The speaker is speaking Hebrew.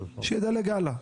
שידלג הלאה,